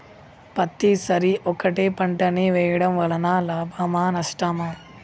పత్తి సరి ఒకటే పంట ని వేయడం వలన లాభమా నష్టమా?